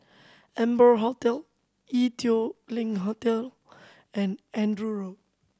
Amber Hotel Ee Teow Leng Hotel and Andrew Road